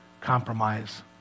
compromise